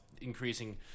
increasing